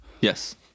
yes